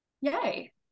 yay